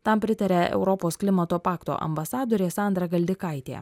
tam pritaria europos klimato pakto ambasadorė sandra galdikaitė